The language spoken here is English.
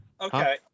Okay